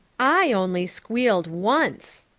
i only squealed once,